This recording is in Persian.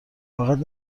فقط